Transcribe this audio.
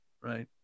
Right